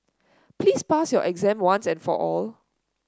please pass your exam once and for all